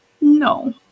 No